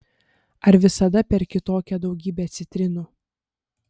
ar visada perki tokią daugybę citrinų